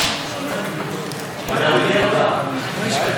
אעשה את זה בפחות.